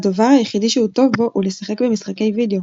הדבר היחידי שהוא טוב בו הוא לשחק במשחקי וידאו,